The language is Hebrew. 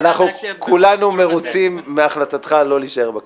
אנחנו כולנו מרוצים מהחלטתך לא להישאר בכנסת.